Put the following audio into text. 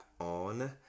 on